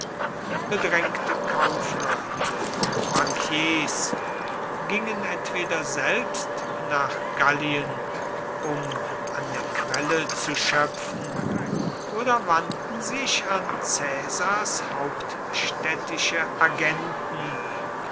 bedrängte kaufleute und bankiers gingen entweder selbst nach gallien um an der quelle zu schöpfen oder wandten sich an caesars hauptstädtische agenten